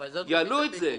יעלו את זה.